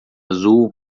azul